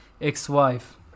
ex-wife